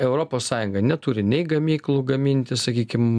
europos sąjunga neturi nei gamyklų gaminti sakykim